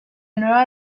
nueva